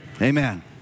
Amen